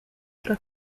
fra